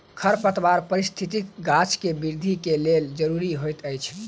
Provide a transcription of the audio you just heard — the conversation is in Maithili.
खरपात पारिस्थितिकी गाछ के वृद्धि के लेल ज़रूरी होइत अछि